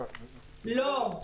לא.